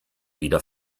wieder